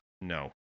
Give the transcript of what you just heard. no